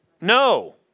no